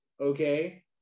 okay